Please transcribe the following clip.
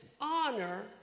honor